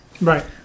Right